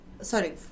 sorry